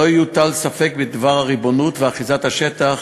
לא יוטל ספק בדבר הריבונות, ואחיזת השטח